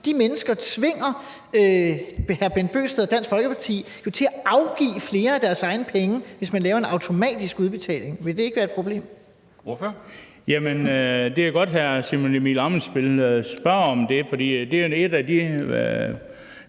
De mennesker tvinger hr. Bent Bøgsted og Dansk Folkeparti jo til at afgive flere af deres egne penge, hvis man laver en automatisk udbetaling. Vil det ikke være et problem? Kl. 10:13 Formanden (Henrik Dam Kristensen): Ordføreren. Kl.